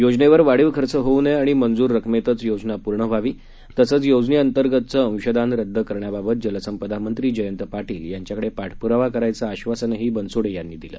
योजनेवर वाढीव खर्च होऊ नये आणि मंजूर रक्कमेतच योजना पूर्ण व्हावी तसंच योजनेअंतर्गतचं अंशदान रद्द करण्याबाबत जलसंपदा मंत्री जयंत पाटील यांच्याकडे पाठपुरावा करायचं आश्वासनही बनसोडे यांनी दिलं